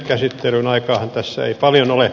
käsittelyynhän aikaa tässä ei paljon ole